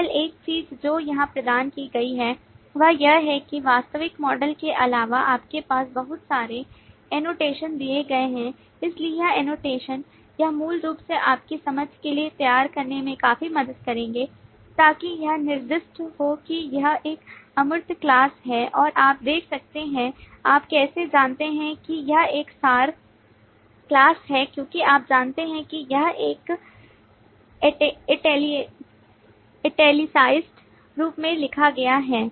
केवल एक चीज जो यहां प्रदान की गई है वह यह है कि वास्तविक मॉडल के अलावा आपके पास बहुत सारे एनोटेशन दिए गए हैं इसलिए ये एनोटेशन यह मूल रूप से आपकी समझ के लिए तैयार करने में आपकी मदद करेंगे ताकि यह निर्दिष्ट हो कि यह एक अमूर्त class है और आप देख सकते हैं आप कैसे जानते हैं कि यह एक सार class है क्योंकि आप जानते हैं कि यह एक इटैलिकाइज़्ड रूप में लिखा गया है